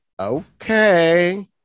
Okay